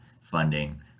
funding